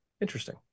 Interesting